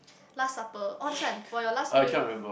last supper oh this one for your last meal